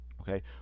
okay